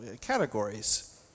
categories